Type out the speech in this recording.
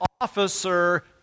officer